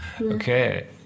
okay